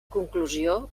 conclusió